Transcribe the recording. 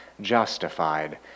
justified